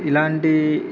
ఇలాంటివి